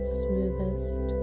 smoothest